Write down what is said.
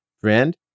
Friend